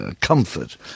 comfort